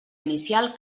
inicial